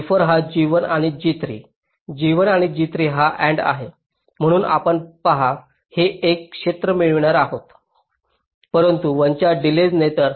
G4 हा G1 आणि G3 G1 आणि G3 चा AND आहे म्हणून आपण पहा हे एक क्षेत्र मिळणार आहे परंतु 1 च्या डिलेज ने